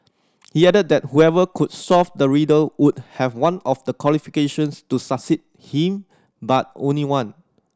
he added that whoever could solve the riddle would have one of the qualifications to succeed him but only one